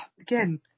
again